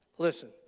Listen